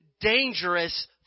dangerous